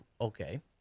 Okay